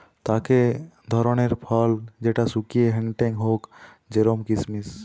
অক ধরণের ফল যেটা শুকিয়ে হেংটেং হউক জেরোম কিসমিস